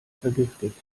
vergiftet